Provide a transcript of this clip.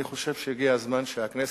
אני חושב שהגיע הזמן שהכנסת,